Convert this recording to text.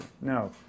No